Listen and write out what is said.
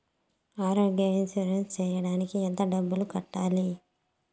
ఆరోగ్య ఇన్సూరెన్సు సేయడానికి ఎంత డబ్బుని కట్టాలి?